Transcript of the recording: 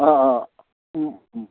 অঁ অঁ